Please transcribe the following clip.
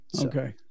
Okay